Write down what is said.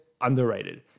underrated